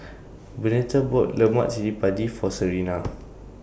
Bernita bought Lemak Cili Padi For Serina